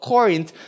Corinth